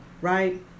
Right